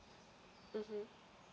mmhmm